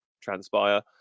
transpire